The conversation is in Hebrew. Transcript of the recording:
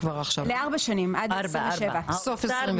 לארבע שנים, עד 2027. עד סוף 2027. נכון.